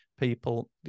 people